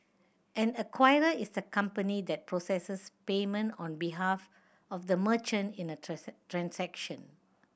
an acquirer is the company that processes payment on behalf of the merchant in a transaction